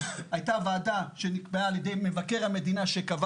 הייתה ועדה שנקבעה על-ידי מבקר המדינה שקבע